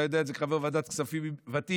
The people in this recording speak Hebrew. אתה יודע את זה כחבר ועדת הכספים ותיק,